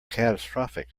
catastrophic